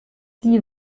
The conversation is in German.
die